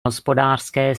hospodářské